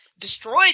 destroyed